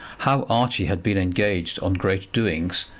how archie had been engaged on great doings,